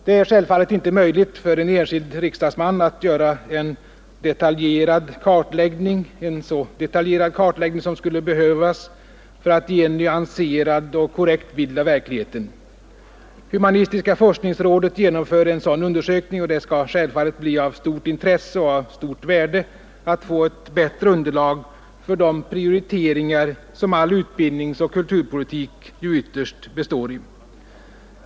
Det är självfallet inte möjligt för en enskild riksdagsman att göra en så detaljerad kartläggning som skulle behövas för att ge en nyanserad och korrekt bild av verkligheten. Humanistiska forskningsrådet genomför en sådan undersökning, och det skall självfallet bli av stort intresse och av stort värde att få ett bättre underlag för de prioriteringar som all utbildningsoch kulturpolitik ju ytterst består i.